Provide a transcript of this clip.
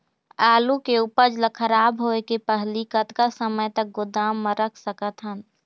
आलू के उपज ला खराब होय के पहली कतका समय तक गोदाम म रख सकत हन?